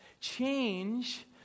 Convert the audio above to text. change